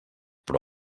però